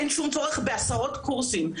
אין שום צורך בעשרות קורסים.